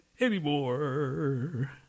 anymore